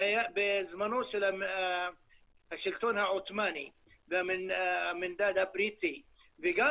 בזמנו של השלטון העות'מאני והמנדט הבריטי וגם